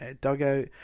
dugout